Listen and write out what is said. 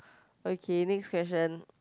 okay next question